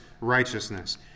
righteousness